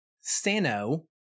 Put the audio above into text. Sano